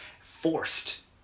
forced